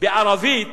בערבית